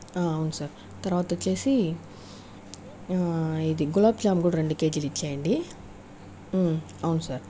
అవును సార్ తర్వాత వచ్చేసి ఇది గులాబ్ జామ్ కూడా రెండు కేజీలు ఇచ్చేయండి అవును సార్